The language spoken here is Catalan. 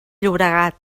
llobregat